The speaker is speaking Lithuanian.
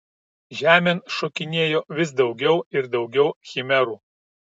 žemėn šokinėjo vis daugiau ir daugiau chimerų